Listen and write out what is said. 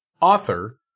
author